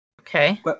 Okay